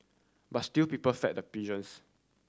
but still people fed the pigeons